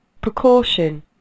Precaution